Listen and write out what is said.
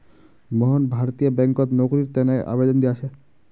मोहन भारतीय बैंकत नौकरीर तने आवेदन दिया छे